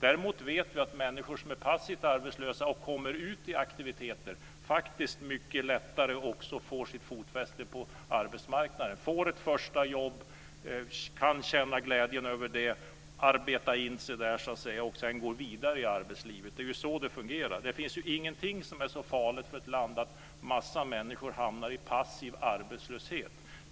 Däremot vet vi att människor som är passivt arbetslösa som kommer ut i aktiviteter faktiskt mycket lättare får ett fotfäste på arbetsmarknaden. De får ett första jobb, kan känna glädje över det, arbeta in sig där och sedan gå vidare i arbetslivet. Det är ju så det fungerar. Det finns ingenting som är så farligt för ett land som att en massa människor hamnar i passiv arbetslöshet.